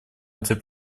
этой